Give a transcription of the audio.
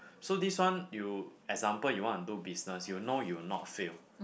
so this one you example you want to do business you know you'll not fail